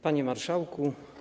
Panie Marszałku!